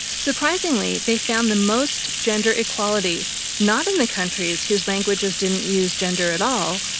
surprisingly, they found the most gender equality not in the countries whose languages didn't use gender at all,